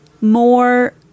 more